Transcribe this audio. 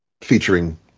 featuring